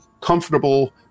comfortable